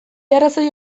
arrazoi